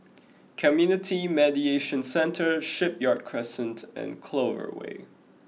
Community Mediation Centre Shipyard Crescent and Clover Way